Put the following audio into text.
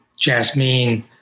Jasmine